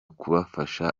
kubafasha